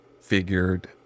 figured